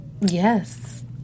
yes